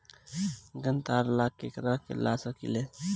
ग्रांतर ला केकरा के ला सकी ले?